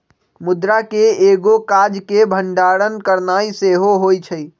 मुद्रा के एगो काज के भंडारण करनाइ सेहो होइ छइ